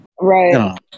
Right